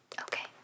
Okay